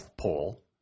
poll